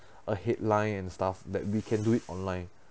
a headline and stuff that we can do it online